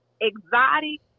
exotic